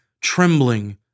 trembling